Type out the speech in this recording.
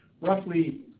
roughly